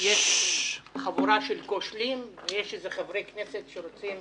יש חבורה של כושלים, ויש איזה חברי כנסת שרוצים